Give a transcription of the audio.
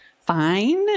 fine